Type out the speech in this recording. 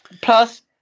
Plus